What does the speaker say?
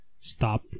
Stop